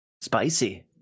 Spicy